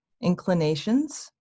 inclinations